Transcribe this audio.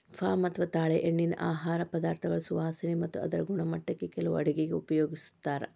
palm ಅಥವಾ ತಾಳೆಎಣ್ಣಿನಾ ಆಹಾರ ಪದಾರ್ಥಗಳ ಸುವಾಸನೆ ಮತ್ತ ಅದರ ಗುಣಮಟ್ಟಕ್ಕ ಕೆಲವು ಅಡುಗೆಗ ಉಪಯೋಗಿಸ್ತಾರ